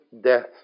death